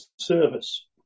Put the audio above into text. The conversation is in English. service